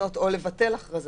לבטל הכרזה